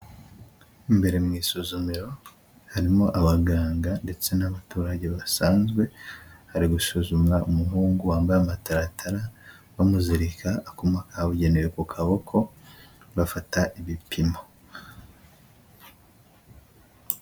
Imbere mu isuzumero harimo abaganga ndetse n'abaturage basanzwe, hari gusuzumwa umuhungu wambaye amataratara, bamuzirika akuma kabugenewe ku kaboko, bafata ibipimo.